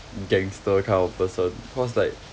gangster kind of person cause like